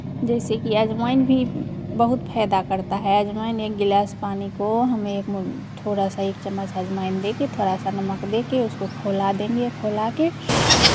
जैसे कि अजवाइन भी बहुत फायदा करता है अजवाइन एक गिलास पानी को हम एक थोड़ा सा एक चम्मच अजवाइन देके थोड़ा सा नमक देके उसको खौला देंगे खौला के